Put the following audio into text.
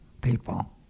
people